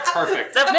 Perfect